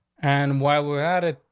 and while we're at it,